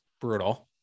Brutal